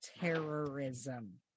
Terrorism